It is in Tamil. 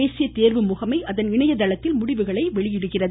தேசிய தேர்வு முகமை அதன் இணையதளத்தில் முடிவுகளை வெளியிடுகிறது